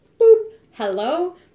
hello